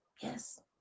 Yes